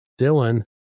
Dylan